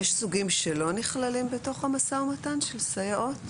יש סוגים שלא נכללים בתוך המשא ומתן של סייעות?